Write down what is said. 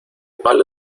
palo